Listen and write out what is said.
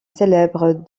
célèbres